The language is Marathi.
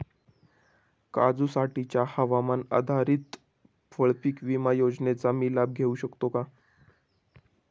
काजूसाठीच्या हवामान आधारित फळपीक विमा योजनेचा मी लाभ घेऊ शकतो का?